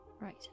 Right